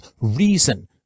Reason